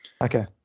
okay